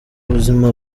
ubuzima